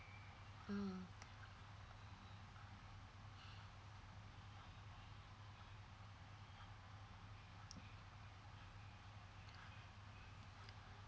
mm